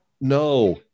No